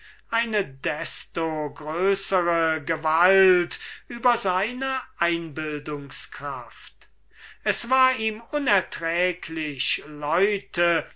eine desto größere gewalt über seine einbildungs-kraft es war ihm unerträglich leute